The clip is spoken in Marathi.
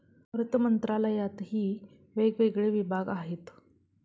अर्थमंत्रालयातही वेगवेगळे विभाग आहेत